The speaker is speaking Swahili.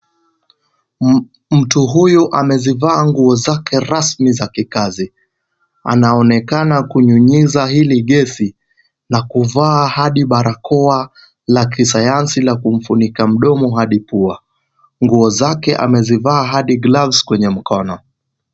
Mtu huyu amezivaa nguo zake rasmi za kikazi. Anaonekana kunyunyiza hili gesi, na kuvaa hadi barakoa la kisayansi la kumfunika mdomo hadi pua. Nguo zake amezivaa hadi gloves kwenye mkono.